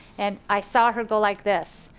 and i saw her go like this.